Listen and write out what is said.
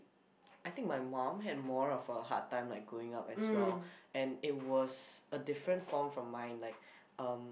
I think my mum had more of a hard time like growing up as well and it was a different form from mine like um